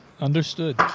Understood